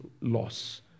loss